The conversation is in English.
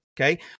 Okay